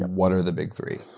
and what are the big three?